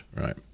right